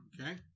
Okay